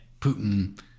Putin